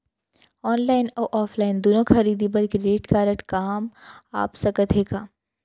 Online अऊ offline दूनो खरीदी बर क्रेडिट कारड काम आप सकत हे का?